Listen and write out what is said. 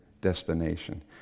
destination